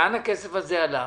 לאן הכסף הזה הלך?